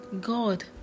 God